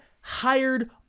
hired